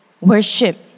worship